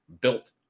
built